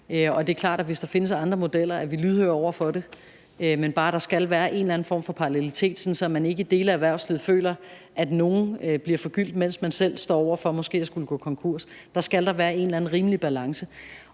og det er klart, at hvis der findes andre modeller, er vi lydhøre over for det. Der skal bare være en eller anden form for parallelitet, så man ikke i dele af erhvervslivet føler, at nogle bliver forgyldt, mens man selv står over for måske at skulle gå konkurs. Der skal være en eller anden rimelig balance.